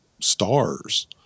stars